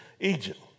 Egypt